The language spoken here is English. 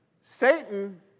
Satan